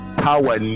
power